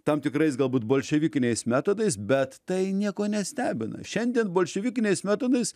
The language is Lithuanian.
tam tikrais galbūt bolševikiniais metodais bet tai nieko nestebina šiandien bolševikiniais metodais